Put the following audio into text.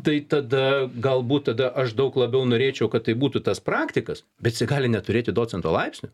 tai tada galbūt tada aš daug labiau norėčiau kad tai būtų tas praktikas bet jisai gali neturėti docento laipsnio